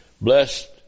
Blessed